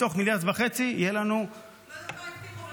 מתוך מיליארד וחצי יהיו לנו --- אני לא יודעת מה הבטיחו,